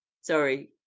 Sorry